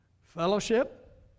fellowship